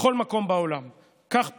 בכל מקום בעולם כך פועלים.